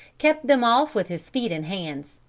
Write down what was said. kept them off with his feet and hands.